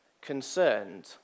concerned